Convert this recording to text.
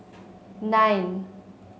nine